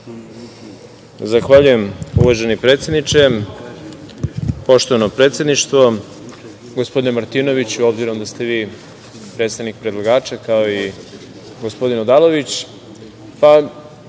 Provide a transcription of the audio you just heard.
Zahvaljujem, uvaženi predsedniče. Poštovano predsedništvo, gospodine Martinoviću, s obzirom na to da ste vi predstavnik predlagača, kao i gospodin Odalović, neću